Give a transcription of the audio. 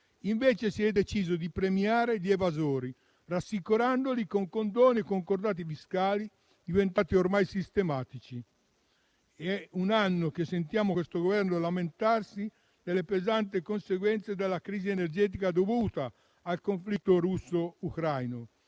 Invece, si è deciso di premiare gli evasori, rassicurandoli con condoni e concordati fiscali, diventati ormai sistematici. È un anno che sentiamo questo Governo lamentarsi delle pesanti conseguenze della crisi energetica dovuta al conflitto russo-ucraino,